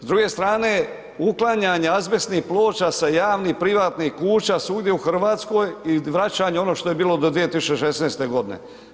S druge strane uklanjanje azbestnih ploča sa javnih privatnih kuća svugdje u Hrvatskoj i vraćanje ono što je bilo do 2016 godine.